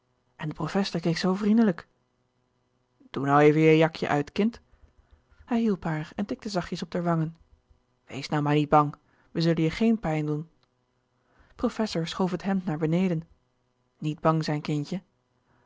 en de profester keek zoo vriendelijk doe nou even je jakje uit kind hij hielp haar en tikte zachtjes op d'r wangen wees nou maar niet bang we zullen je geen pijn doen professor schoof het hemd naar beneden niet bang zijn kindje